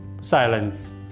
silence